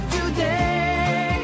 Today